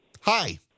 Hi